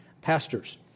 pastors